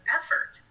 effort